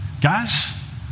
Guys